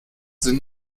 sind